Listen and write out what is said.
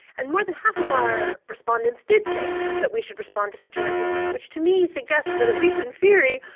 and more than half of our respondents did think that we should respond to such a message, which to me suggests that, at least in theory,